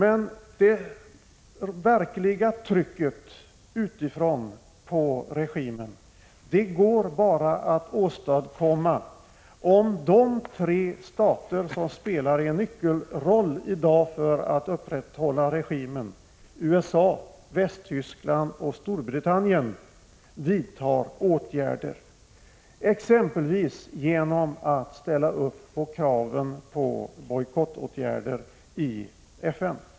Ett verkligt tryck utifrån på regimen går bara att åstadkomma om de tre stater som i dag spelar en nyckelroll för att upprätthålla regimen, USA, Västtyskland och Storbritannien, vidtar åtgärder. De kan exempelvis ställa sig bakom kraven i FN på bojkottåtgärder.